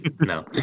No